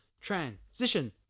Transition